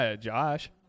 Josh